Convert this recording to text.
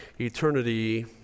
eternity